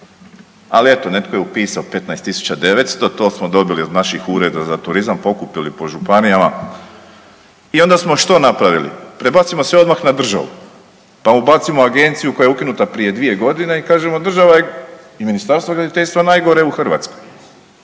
Ali eto, netko je upisao 15.900 to smo dobili od naših ureda za turizam, pokupili po županijama i onda smo što napravili prebacimo sve odmah na državu, pa ubacimo agenciju koja je ukinuta prije 2 godine i kažemo država je i Ministarstvo graditeljstva najgore u Hrvatskoj.